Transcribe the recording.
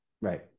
right